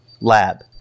lab